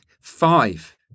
five